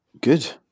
Good